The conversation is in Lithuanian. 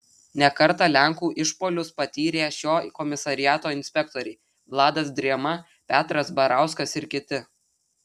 ne kartą lenkų išpuolius patyrė šio komisariato inspektoriai vladas drėma petras barauskas ir kiti